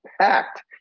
packed